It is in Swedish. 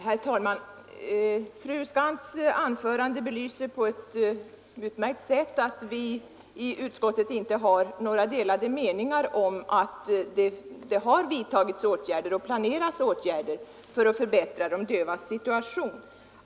Herr talman! Fru Skantz” anförande belyser på ett utmärkt sätt att vi i utskottet inte har några delade meningar om att det har vidtagits åtgärder och planeras åtgärder för att förbättra de dövas situation.